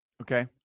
Okay